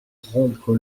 rompre